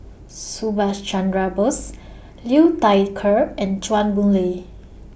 Subhas Chandra Bose Liu Thai Ker and Chua Boon Lay